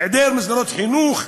היעדר מסגרות חינוך,